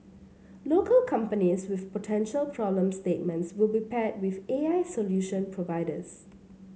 local companies with potential problem statements will be paired with A I solution providers